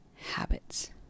habits